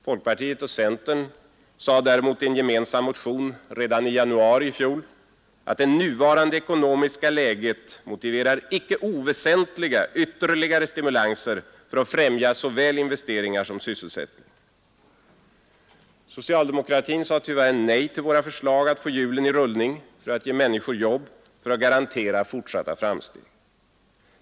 Folkpartiet och centern framhöll däremot i en gemensam motion redan i januari 1971 att ”det nuvarande ekonomiska läget motiverar icke oväsentliga ytterligare stimulanser för att främja såväl investeringar som sysselsättning”. Socialdemokratin sade tyvärr nej till våra förslag att få hjulen i rullning, för att ge människor jobb och för att garantera fortsatta framsteg.